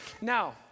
Now